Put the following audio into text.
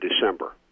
December